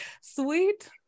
sweet